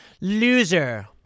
Loser